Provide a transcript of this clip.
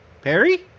Perry